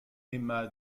emma